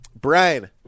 Brian